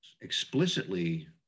explicitly